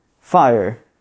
fire